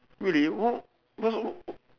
really what what so~